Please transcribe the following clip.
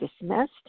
dismissed